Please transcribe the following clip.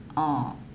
oh